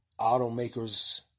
automakers